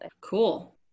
Cool